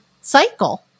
cycle